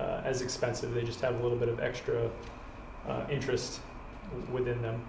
as expensive they just have a little bit of extra interest within them